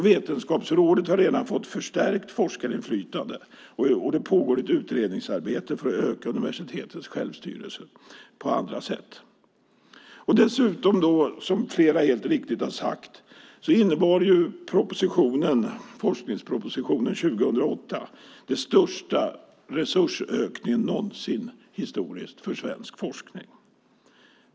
Vetenskapsrådet har redan fått förstärkt forskarinflytande, och det pågår ett utredningsarbete för att öka universitetens självstyrelse på andra sätt. Som flera helt riktigt har sagt innebar forskningspropositionen 2008 den största resursökningen någonsin för svensk forskning.